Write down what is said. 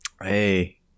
Hey